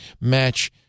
match